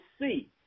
see